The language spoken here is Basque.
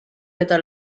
eta